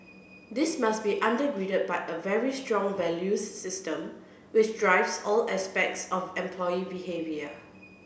this must be under grided by a very strong values system which drives all aspects of employee behaviour